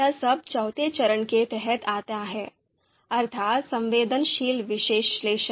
यह सब चौथे चरण के तहत आता है अर्थात् संवेदनशीलता विश्लेषण